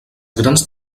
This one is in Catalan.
grans